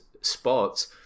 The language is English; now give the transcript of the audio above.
spots